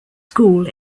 school